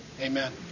amen